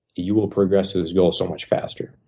you will progress to this goal so much faster.